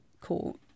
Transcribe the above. court